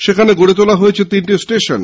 সেখানে গড়ে তোলা হয়েছে তিনটি ষ্টেশন